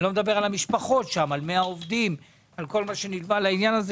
שלא לדבר על המשפחות של 100 עובדים וכל מה שנלווה לזה.